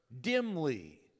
dimly